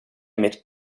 emit